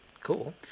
cool